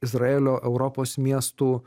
izraelio europos miestų